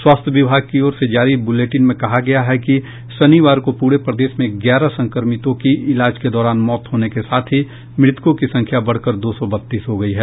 स्वास्थ्य विभाग की ओर से जारी बुलेटिन में कहा गया है कि शनिवार को पूरे प्रदेश में ग्यारह संक्रमित मरीजों की इलाज के दौरान मौत होने के साथ ही मृतकों की संख्या बढ़कर दो सौ बत्तीस हो गयी है